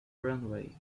runway